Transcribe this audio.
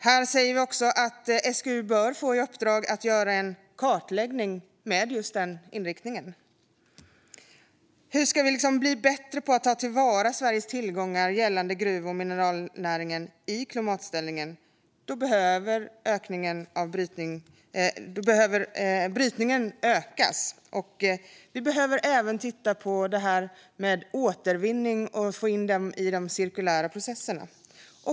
Här säger vi också att SGU bör få i uppdrag att göra en kartläggning med just den inriktningen. Om vi ska bli bättre på att ta till vara Sveriges tillgångar gällande gruv och mineralnäringen i klimatomställningen behöver brytningen ökas. Vi behöver även titta på återvinningen och få in den i de cirkulära processerna.